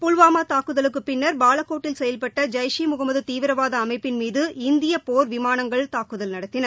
புல்வாமாதாக்குதலுக்குப் பின்னா் பாலக்கோட்டில் செயல்பட்டஜெய்ஸ் ஈ முகமதுதீவிரவாதஅமைப்பின் மீது இந்தியபோர் விமாணங்கள் தாக்குதல் நடத்தின